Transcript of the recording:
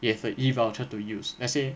it has a E-voucher to use let's say